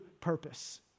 purpose